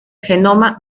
genoma